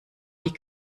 wie